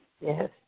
Yes